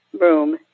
room